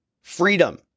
Freedom